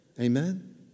Amen